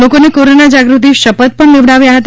લોકોને કોરોના જાગૃતિ શપથ પણ લેવડાવ્યા હતા